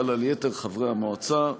החל על יתר חברי המועצה.